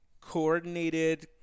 coordinated